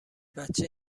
بچه